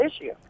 issue